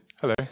hello